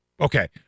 Okay